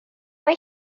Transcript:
mae